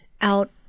out